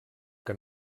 que